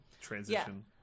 transition